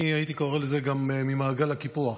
אני הייתי קורא לזה גם ממעגל הקיפוח.